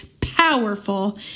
powerful